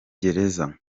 gereza